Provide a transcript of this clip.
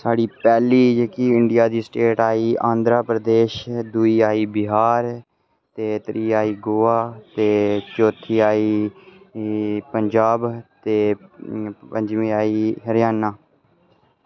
स्हाड़ी पैह्ली जेह्की इंड़िया दी स्टेट आई आंध्रा प्रदेश दुई आई बिहार ते त्री आई गोवा ते चौथी आई पंजाब ते पंजमी आई हरियाणा